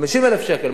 50,000 שקל.